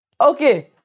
Okay